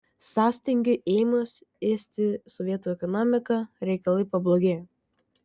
sąstingiui ėmus ėsti sovietų ekonomiką reikalai pablogėjo